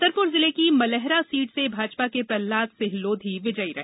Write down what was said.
छतरपुर जिले की मलेहरा सीट से भाजपा के प्रहलाद सिंह लोधी विजयी रहे